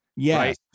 Yes